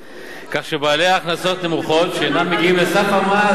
כך שבעלי הכנסות נמוכות שאינם מגיעים לסף המס,